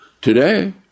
Today